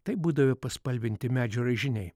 taip būdavę paspalvinti medžio raižiniai